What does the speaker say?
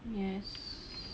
yes